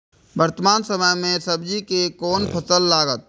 वर्तमान समय में सब्जी के कोन फसल लागत?